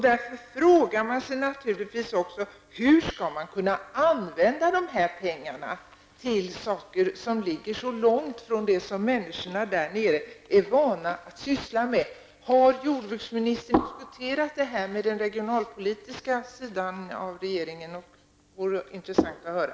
Därför frågar man sig naturligtvis hur man skall kunna använda dessa pengar till saker som ligger så långt från det som människor där nere är vana att syssla med. Har jordbruksministern diskuterat det här med den regionalpolitiska sidan av regeringen? Det vore intressant att få höra.